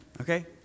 Okay